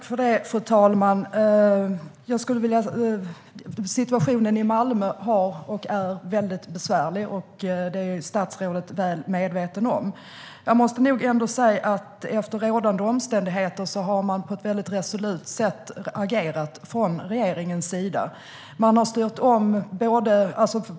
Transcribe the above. Fru talman! Situationen i Malmö är mycket besvärlig, och det är statsrådet väl medveten om. Jag måste nog ändå säga att efter rådande omständigheter har man på ett resolut sätt agerat från regeringens sida.